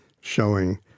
showing